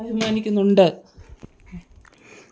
അഭിമാനിക്കുന്നുണ്ട്